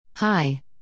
Hi